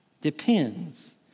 depends